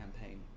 campaign